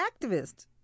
activist